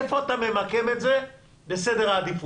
איפה אתה ממקם את זה בסדר העדיפות?